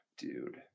dude